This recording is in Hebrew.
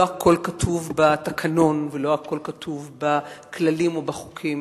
לא הכול כתוב בתקנון או בכללים ובחוקים,